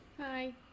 Hi